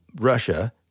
Russia